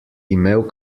imel